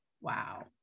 Wow